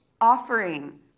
offering